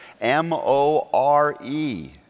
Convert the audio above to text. M-O-R-E